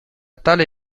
tale